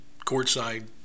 courtside